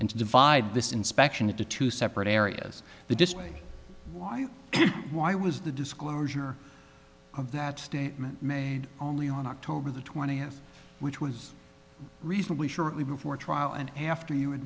and to divide this inspection into two separate areas the display why why was the disclosure of that statement made only on october the twentieth which was reasonably sure before trial and after you